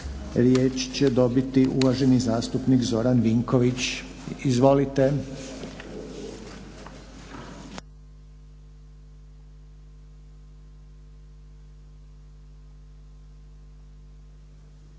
riječ će dobiti zastupnik Zoran Vinković. Izvolite.